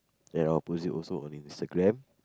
and I post it also on Instagram